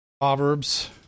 Proverbs